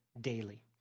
daily